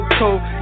cold